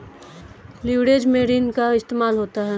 leverage में ऋण का इस्तेमाल होता है